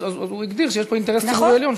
אז הוא הגדיר שיש פה אינטרס ציבורי עליון,